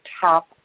top